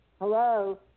Hello